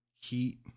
heat